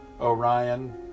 Orion